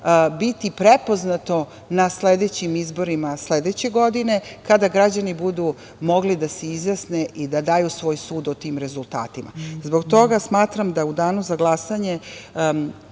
biti prepoznato na sledećim izborima, sledeće godine, kada građani budu mogli da se izjasne i daju svoj sud o tim rezultatima. Zbog toga, smatram da će u danu za glasanje